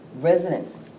residents